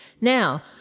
Now